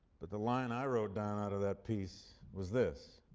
but the line i wrote down out of that piece was this.